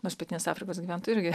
nors pietinės afrikos gyventojai irgi